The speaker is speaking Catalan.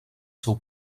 seu